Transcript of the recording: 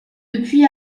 depuis